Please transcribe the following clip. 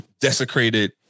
desecrated